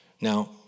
Now